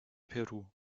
peru